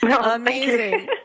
Amazing